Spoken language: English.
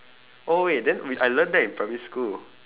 oh wait then we I learnt that in primary school